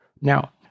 Now